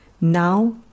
Now